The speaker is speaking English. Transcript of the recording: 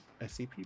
SCP